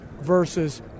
versus